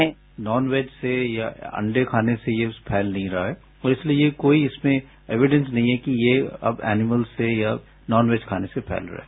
sound bite non veg से या अंडे खाने से ये फैल नहीं रहा है और इसलिए कोई इसमें एविडेंस नहीं है कि ये अब एनीमल से या नॉनवेज खाने से फैल रहा है